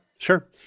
Sure